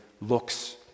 looks